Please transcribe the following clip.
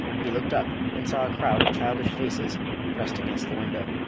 he looked up and saw a crowd of childish faces pressed against the window.